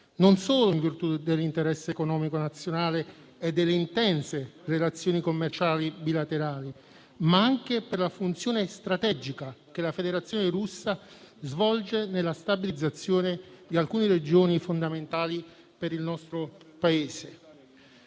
non solo in virtù dell'interesse economico nazionale e delle intense relazioni commerciali bilaterali, ma anche per la funzione strategica che la Federazione russa svolge nella stabilizzazione di alcune Regioni fondamentali per il nostro Paese.